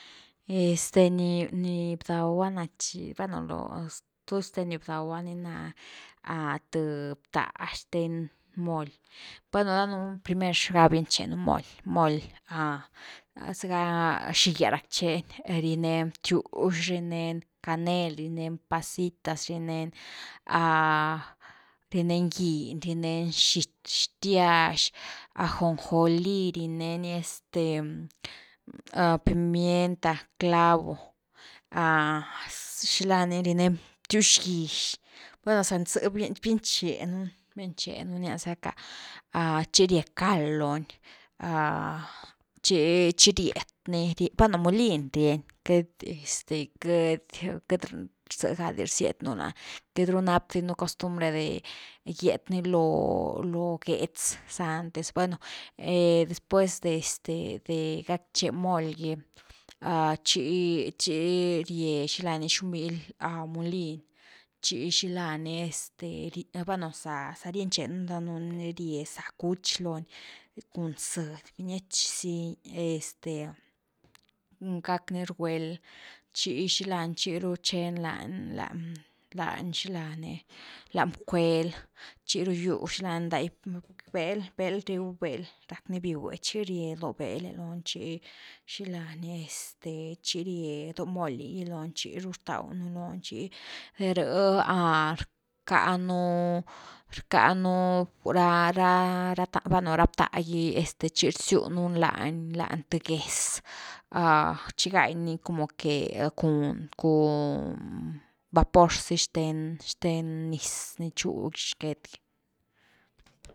Este ni-ni bdawa nachi, bueno stuste ni bdawa ni na th btá xthwen moli, bueno dadnunu primer xga binche nú moli-moli, zega xigyas rackcheni, rinen btiwx rinen canel, rinen pacitas rinen giny, rinen xity, xtyax, ajonjolí, rineni este pimienta, clavo, xilani rineni btyx gyx, gueno za zë binchenu ni nia zacka chi rie cald loni chi-chi riet ni, bueno molin rieni, este queity ze ga di rziet nú lany, queity nap di un costumbre ni gyet ni lo gétz za antes, pero bueno, después este de gackche moly gy tchi rie zga ni xobmily molin chi xila ni este bueno za ni rienchenu ni danunú ni rie zá cuch loni cun zëdy biniech zin este gackni reguel chi xila ni chiru cheni lan-lan xila ni, lan bcuel xiru giu xilani ndai bel-bel riw bel, rack ni bigwechi rie do bel lo ni chi xilani este tchi rie do moly gy lon chiru rtaw nu lony tchi de rh rcanu-rcanu ra-ra bueno ra btá gy este chi rziu nu lañ-lañ th géz chi gai como que cun-cun vapor zy xthen-xthen niz ni chu xaget.